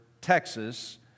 Texas